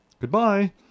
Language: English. goodbye